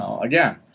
Again